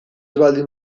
baldin